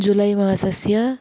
जुलै मासस्य